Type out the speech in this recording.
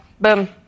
Boom